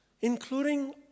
including